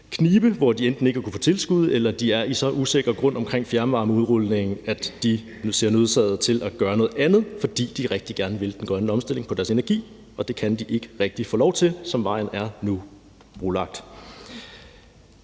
knibe, hvor de enten ikke har kunnet få tilskud eller de er på så usikker grund omkring fjernvarmeudrulningen, at de ser sig nødsaget til at gøre noget andet – fordi de rigtig gerne vil den grønne omstilling i forbindelse med deres energi, og det kan de ikke rigtig få lov til, som vejen nu er brolagt.